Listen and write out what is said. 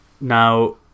Now